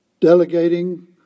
delegating